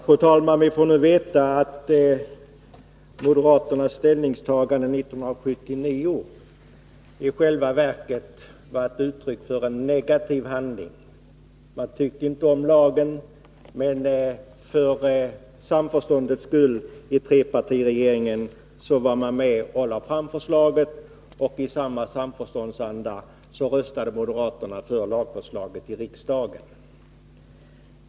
Fru talman! Vi får nu veta att moderaternas ställningstagande 1979 i själva verket var uttryck för en negativ handling. Man tyckte inte om lagen, men för samförståndets skull i trepartiregeringen var man med och lade fram förslaget, och i samma samförståndsanda röstade moderaterna för lagförslaget i riksdagen.